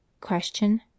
Question